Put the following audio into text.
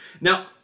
Now